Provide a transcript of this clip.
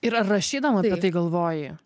ir ar rašydama apie tai galvoji